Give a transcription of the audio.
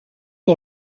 aux